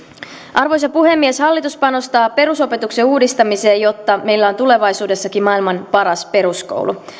arvoisa puhemies hallitus panostaa perusopetuksen uudistamiseen jotta meillä on tulevaisuudessakin maailman paras peruskoulu